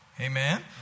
Amen